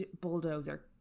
bulldozer